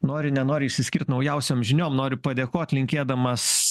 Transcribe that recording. nori nenori išsiskirt naujausiom žiniom noriu padėkot linkėdamas